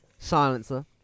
Silencer